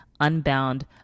unbound